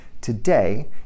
today